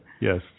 Yes